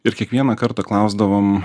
ir kiekvieną kartą klausdavom